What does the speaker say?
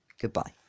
Goodbye